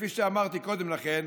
כפי שאמרתי קודם לכן,